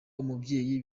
umubyeyi